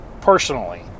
personally